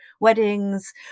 weddings